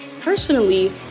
Personally